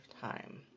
time